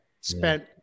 spent